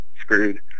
screwed